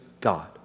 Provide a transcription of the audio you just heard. God